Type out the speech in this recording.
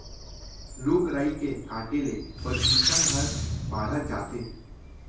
रूख राई के काटे ले परदूसन हर बाढ़त जात हे